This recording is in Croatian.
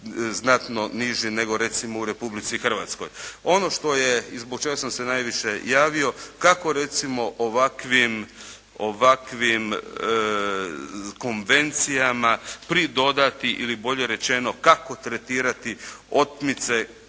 znatno niži, nego recimo u Republici Hrvatskoj. Ono što je i zbog čega sam se najviše javio kako recimo ovakvim konvencijama pridodati ili bolje rečeno kako tretirati otmice